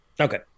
Okay